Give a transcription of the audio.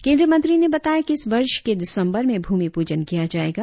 केंद्रीय मंत्री ने बताया कि इस वर्ष के दिसबंर में भूमिपूजन किया जाएगा